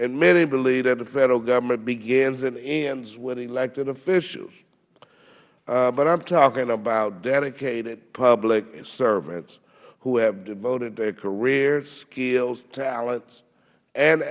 points many believe that the federal government begins and ends with elected officials but i am talking about dedicated public servants who have devoted their careers skills talents an